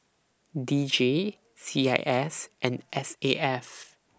D J C I S and S A F